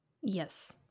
Yes